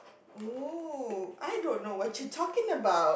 oh I don't know what you're talking about